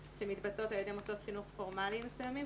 שמתבצעות על ידי מוסדות חינוך פורמליים מסוימים,